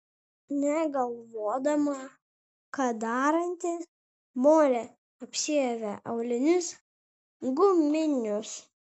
negalvodama ką daranti molė apsiavė aulinius guminius